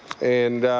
and